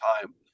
time